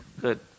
Good